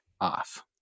off